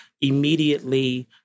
immediately